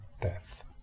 death